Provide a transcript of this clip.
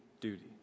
duty